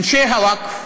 אנשי הווקף